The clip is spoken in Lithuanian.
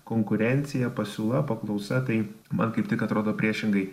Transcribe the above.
konkurencija pasiūla paklausa tai man kaip tik atrodo priešingai